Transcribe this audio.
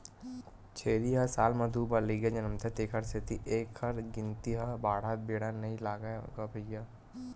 छेरी ह साल म दू बार लइका जनमथे तेखर सेती एखर गिनती ह बाड़हत बेरा नइ लागय गा भइया